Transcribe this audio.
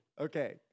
Okay